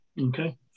Okay